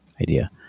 idea